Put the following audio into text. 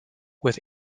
with